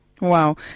Wow